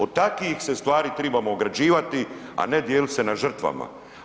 Od takvih se stvari trebamo ograđivati, a ne dijelit se na žrtvama.